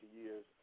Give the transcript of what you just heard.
years